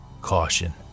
Caution